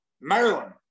Maryland